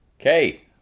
Okay